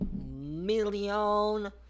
million